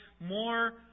more